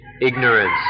ignorance